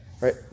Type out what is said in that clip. right